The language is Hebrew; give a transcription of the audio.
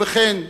ובכן,